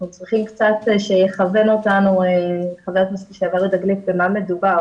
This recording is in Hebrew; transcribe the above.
אנחנו צריכים קצת שיכוון אותנו חבר הכנסת לשעבר יהודה גליק על מה מדובר,